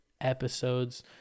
episodes